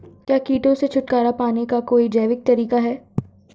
क्या कीटों से छुटकारा पाने का कोई जैविक तरीका है?